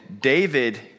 David